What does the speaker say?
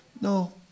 No